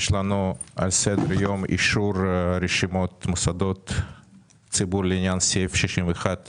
על סדר היום יש לנו אישור מוסדות ציבור לעניין סעיף 61ד